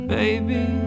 baby